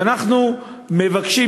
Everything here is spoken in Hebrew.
ואנחנו מבקשים,